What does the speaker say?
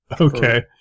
Okay